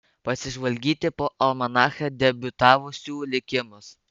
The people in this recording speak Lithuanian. pasižvalgyti po almanache debiutavusių likimus